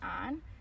on